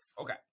Okay